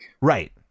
Right